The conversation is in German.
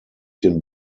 den